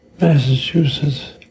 Massachusetts